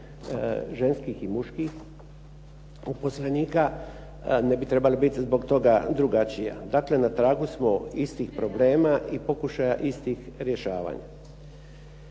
ženskih i muških uposlenika ne bi trebala biti zbog toga drugačija. Dakle, na tragu smo istih problema, i pokušaja istih rješavanja.